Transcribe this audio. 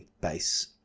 base